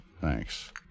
Thanks